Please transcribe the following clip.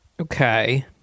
Okay